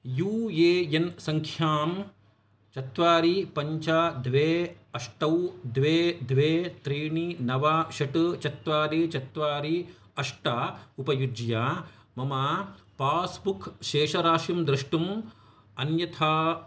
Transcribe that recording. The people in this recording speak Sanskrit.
यू ए एन् सङ्ख्या चत्वारि पञ्च द्वे अष्ट द्वे द्वे त्रीणि नव षट् चत्वारि चत्वारि अष्ट उपयुज्य मम पास्बुक् शेषराशिं द्रष्टुं अन्यथा